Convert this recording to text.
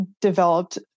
developed